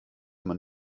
man